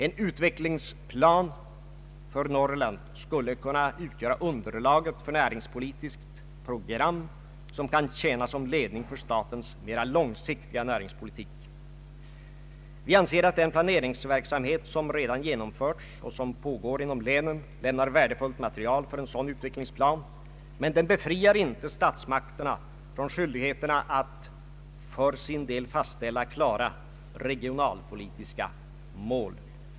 En utvecklingsplan för Norrland skulle kunna utgöra underlag för ett näringspolitiskt program som kan tjäna som ledning för statens mera långsiktiga näringspolitik. Vi anser att den planeringsverksamhet som redan genomförts och som pågår inom länen lämnar värdefullt material för en sådan utvecklingsplan, men den befriar inte statsmakterna från skyldigheterna att för sin del fastställa klara regionalpolitiska mål.